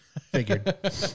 Figured